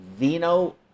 veno